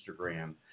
Instagram